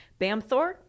Bamthor